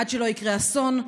עד שלא יקרה אסון,